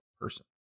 person